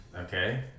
Okay